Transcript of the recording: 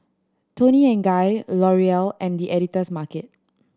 Toni and Guy L'Oreal and The Editor's Market